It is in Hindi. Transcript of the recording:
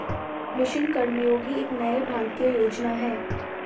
मिशन कर्मयोगी एक नई भारतीय योजना है